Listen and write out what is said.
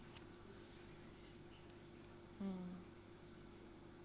mm